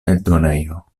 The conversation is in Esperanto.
eldonejo